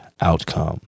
outcome